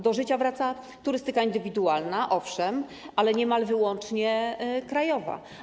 Do życia wraca turystyka indywidualna, owszem, ale niemal wyłącznie krajowa.